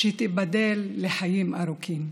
שתיבדל לחיים ארוכים,